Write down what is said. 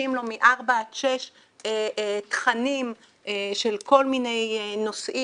מנגישים לו מארבע עד שש תכנים של כל מיני נושאים